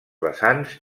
vessants